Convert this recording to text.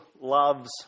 loves